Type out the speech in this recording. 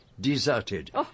Deserted